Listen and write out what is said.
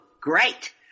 great